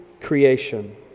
creation